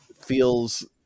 feels